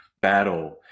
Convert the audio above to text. battle